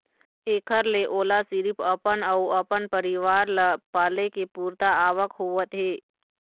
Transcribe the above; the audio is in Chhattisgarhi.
एखर ले ओला सिरिफ अपन अउ अपन परिवार ल पाले के पुरता आवक होवत हे